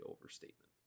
overstatement